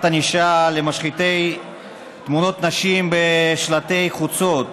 ענישה למשחיתי תמונות נשים בשלטי חוצות.